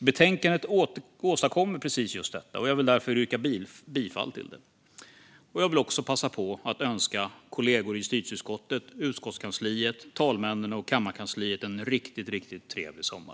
Betänkandet åstadkommer just detta, och jag vill därför yrka bifall till det. Jag vill också passa på att önska kollegorna i justitieutskottet samt utskottskansliet, talmännen och kammarkansliet en riktigt trevlig sommar!